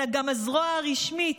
אלא גם הזרוע הרשמית,